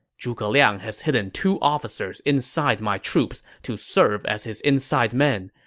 zhuge liang has hidden two officers inside my troops to serve as his inside men.